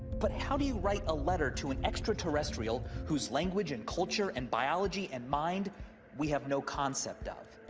but how do you write a letter to an extraterrestrial whose language and culture and biology and mind we have no concept of?